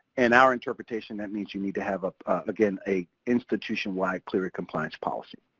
in our interpretation that means you need to have ah again, a institution-wide clery compliance policy.